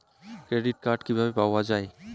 Credit card কিভাবে পাওয়া য়ায়?